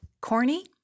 Corny